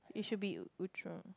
it should be Outram